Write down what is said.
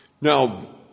Now